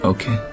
Okay